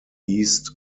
east